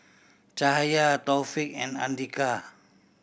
Cahaya Taufik and Andika